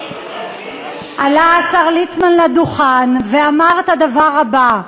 עלה השר ליצמן לדוכן ואמר את הדבר הבא: